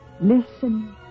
Listen